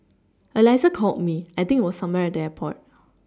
Alyssa called me I think it was somewhere at the airport